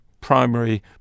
primary